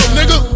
nigga